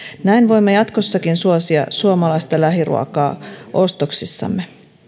näin voimme jatkossakin suosia suomalaista lähiruokaa ostoksissamme